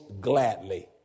gladly